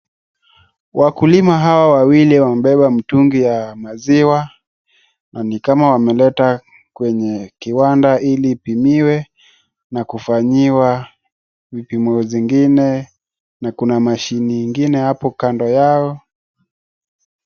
Wakulima hawa wawili wamebeba mtungi ya maziwa na ni kama wameleta kwenye kiwanda ili ipimiwe na kufanyiwa vipimo zingine na kuna mashini ingine hapo kando yao.